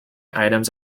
items